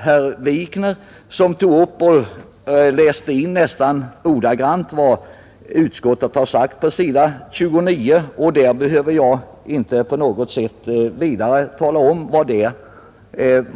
Herr Wikner läste nästan ordagrant in i protokollet vad utskottet har skrivit på s. 29 i betänkandet, så jag behöver inte gå närmare in